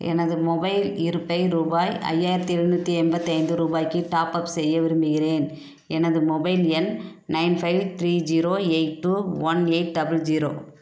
எனது மொபைல் இருப்பை ரூபாய் ஐயாயிரத்தி எழுநூற்றி எண்பத்தி ஐந்து ரூபாய்க்கு டாப்அப் செய்ய விரும்புகிறேன் எனது மொபைல் எண் nine five three zero eight two one eight double zero